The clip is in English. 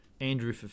Andrew